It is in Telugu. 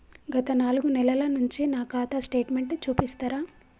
గత నాలుగు నెలల నుంచి నా ఖాతా స్టేట్మెంట్ చూపిస్తరా?